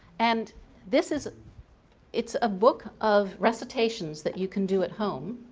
and this is it's a book of recitations that you can do at home,